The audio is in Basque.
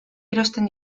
erosten